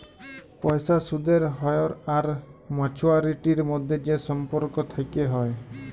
পয়সার সুদের হ্য়র আর মাছুয়ারিটির মধ্যে যে সম্পর্ক থেক্যে হ্যয়